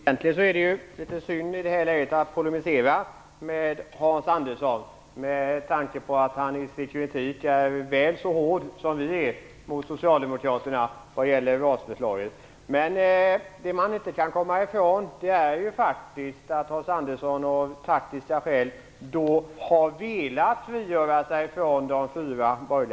Herr talman! Egentligen är det litet synd att polemisera mot Hans Andersson med tanke på att han i sin kritik är väl så hård som vi är mot socialdemokraterna vad gäller RAS-förslaget. Man kan dock inte komma ifrån att Hans Andersson har velat frigöra sig från de fyra borgerliga partierna, liksom faktiskt även jag själv.